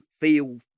feel